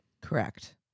Correct